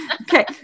okay